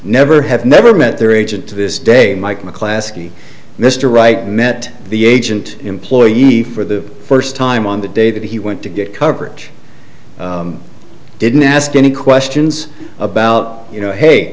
never have never met their agent to this day mike macclassic mr wright met the agent employee for the first time on the day that he went to get coverage didn't ask any questions about you know hey